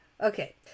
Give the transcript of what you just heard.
Okay